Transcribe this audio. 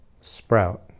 sprout